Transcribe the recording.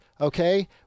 Okay